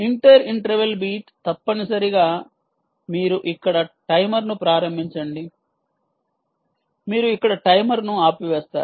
inter interval beat తప్పనిసరిగా మీరు ఇక్కడ టైమర్ను ప్రారంభించండి మీరు ఇక్కడ టైమర్ను ఆపివేస్తారు